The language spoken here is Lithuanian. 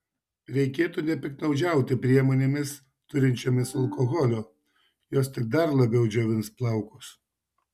reikėtų nepiktnaudžiauti priemonėmis turinčiomis alkoholio jos tik dar labiau džiovins plaukus